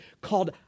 called